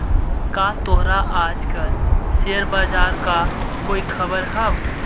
का तोहरा आज कल शेयर बाजार का कोई खबर हवअ